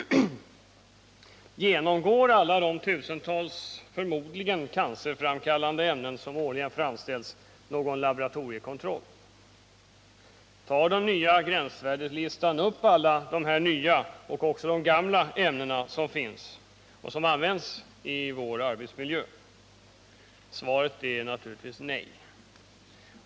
Genomgår alla de tusentals förmodligen cancerframkallande ämnen som årligen framställs någon laboratoriekontroll? Tar den nya gränsvärdeslistan upp alla dessa nya och gamla ämnen som finns och som används i vår arbetsmiljö? Svaret är naturligtvis nej.